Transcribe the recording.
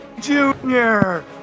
Junior